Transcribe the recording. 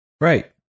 Right